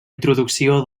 introducció